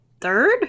third